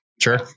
Sure